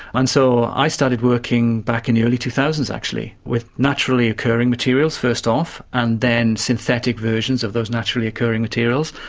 and so i started working back in the early two thousand s actually with naturally occurring materials first off, and then synthetic versions of those naturally occurring materials,